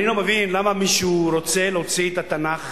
אני לא מבין למה מישהו רוצה להוציא את התנ"ך